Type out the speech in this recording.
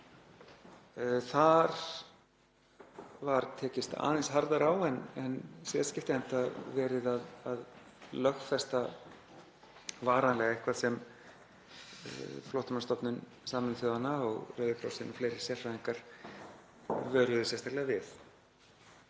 Þar var tekist aðeins harðar á en í síðasta skipti enda var verið að lögfesta varanlega eitthvað sem Flóttamannastofnun Sameinuðu þjóðanna og Rauði krossinn og fleiri sérfræðingar vöruðu sérstaklega við.